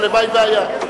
הלוואי שהיה.